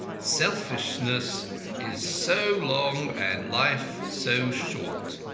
selfishness is so long and life so short.